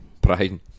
Brian